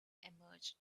emerged